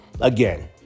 again